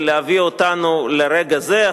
ולהביא אותנו לרגע זה.